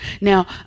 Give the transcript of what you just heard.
Now